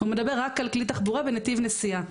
הוא מדבר רק על כלי תחבורה בנתיב נסיעה,